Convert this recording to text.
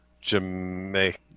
jamaica